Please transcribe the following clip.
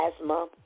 asthma